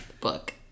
book